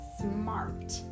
smart